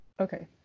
Okay